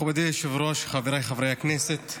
מכובדי היושב-ראש, חבריי חברי הכנסת,